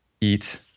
eat